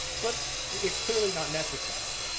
but it's clearly not necessary.